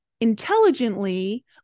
intelligently